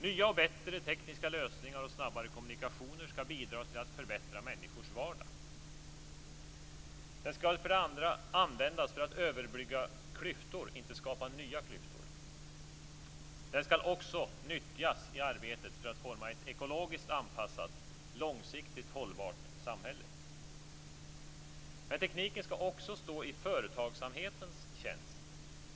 Nya och bättre tekniska lösningar och snabbare kommunikationer skall bidra till att förbättra människors vardag. Tekniken skall vidare användas för att överbrygga klyftor, inte skapa nya klyftor. Tekniken skall också nyttjas i arbetet för att forma ett ekologiskt anpassat, långsiktigt hållbart samhälle. Men tekniken skall också stå i företagsamhetens tjänst.